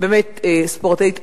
באמת ספורטאית אדירה,